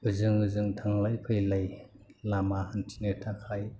ओजों ओजों थांलाय फैलाय लामा हान्थिनो थाखाय